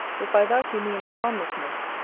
if by that you mean a harmlessness,